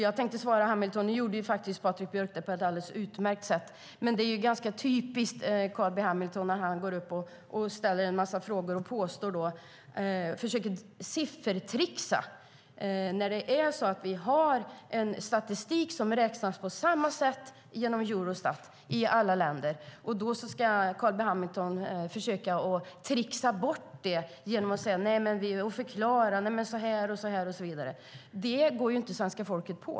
Jag tänkte svara Hamilton, men nu gjorde Patrik Björck det på ett alldeles utmärkt sätt. Det är ganska typiskt att Carl B Hamilton går upp i debatten, ställer en massa frågor och försöker siffertricksa. Vi har en statistik som räknas på samma sätt genom Eurostat i alla länder. Carl B Hamilton försöker att tricksa bort det genom att förklara att det är på det ena eller andra sättet, och så vidare. Det går inte svenska folket på.